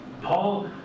Paul